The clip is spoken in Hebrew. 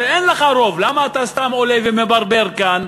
הרי אין לך רוב, למה אתה סתם עולה ומברבר כאן?